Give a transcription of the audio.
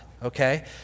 Okay